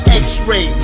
x-ray